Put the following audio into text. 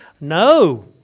No